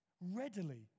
readily